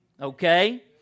Okay